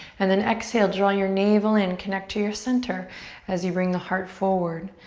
and then exhale, draw your navel in, connect to your center as you bring the heart forward.